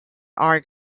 are